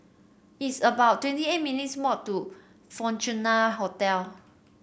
it's about twenty eight minutes' to Fortuna Hotel